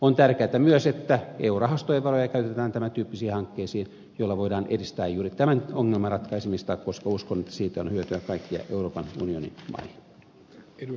on tärkeätä myös että eu rahastojen varoja käytetään tämän tyyppisiin hankkeisiin joilla voidaan edistää juuri tämän ongelman ratkaisemista koska uskon että siitä on hyötyä kaikille euroopan unionin maille